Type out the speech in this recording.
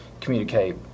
communicate